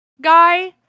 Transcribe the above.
guy